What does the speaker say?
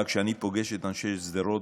אבל כשאני פוגש את אנשי שדרות,